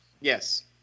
Yes